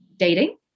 dating